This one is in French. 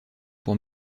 pour